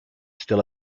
still